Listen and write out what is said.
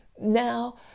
Now